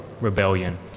rebellion